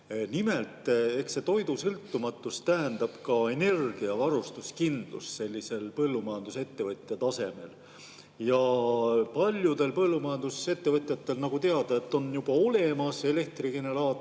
Eks toidusõltumatus tähendab ka energiavarustuskindlust põllumajandusettevõtja tasemel. Paljudel põllumajandusettevõtetel, nagu teada, on juba olemas elektrigeneraatorid,